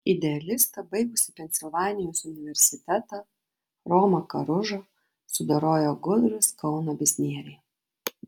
idealistą baigusį pensilvanijos universitetą romą karužą sudorojo gudrūs kauno biznieriai